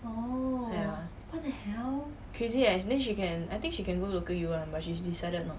ya crazy eh then she can I think she can go local U [one] but she decided not